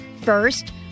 First